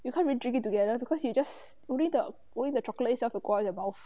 you can't really drink it together because you just only the only the chocolate itself will on your mouth